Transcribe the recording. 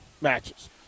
matches